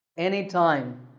any time.